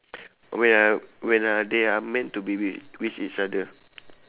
wait ah wait ah they are meant to be with with each other